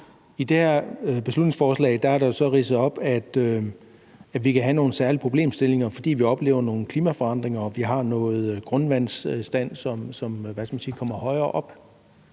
I det her beslutningsforslag er der ridset op, at vi kan have nogle særlige problemstillinger, fordi vi oplever nogle klimaforandringer og vi har en grundvandsstand, som kommer højere op.